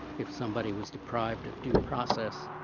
if somebody was deprived of due process,